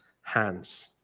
hands